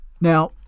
Now